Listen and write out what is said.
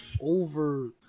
over